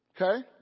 Okay